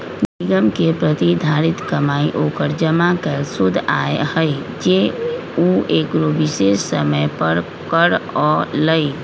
निगम के प्रतिधारित कमाई ओकर जमा कैल शुद्ध आय हई जे उ एगो विशेष समय पर करअ लई